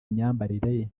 imyambarire